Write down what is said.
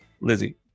Lizzie